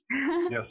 Yes